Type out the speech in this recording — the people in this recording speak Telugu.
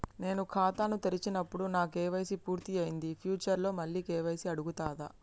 నేను ఖాతాను తెరిచినప్పుడు నా కే.వై.సీ పూర్తి అయ్యింది ఫ్యూచర్ లో మళ్ళీ కే.వై.సీ అడుగుతదా?